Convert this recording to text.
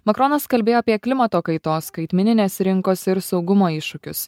makronas kalbėjo apie klimato kaitos skaitmeninės rinkos ir saugumo iššūkius